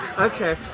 Okay